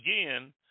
Again